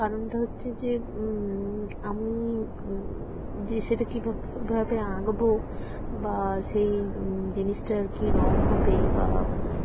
কারণটা হচ্ছে যে আমি যে সেটা কীভাবে আঁকবো বা সেই জিনিসটার কী রঙ হবে বা